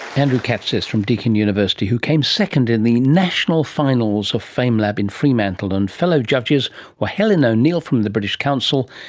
andrew katsis from deakin university, who came second in the national finals of famelab in fremantle, and fellow judges were helen o'neil from the british council,